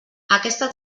aquesta